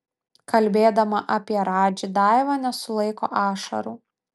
kalbėdama apie radži daiva nesulaiko ašarų